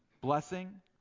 blessing